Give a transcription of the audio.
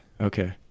Okay